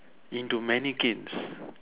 into mannequins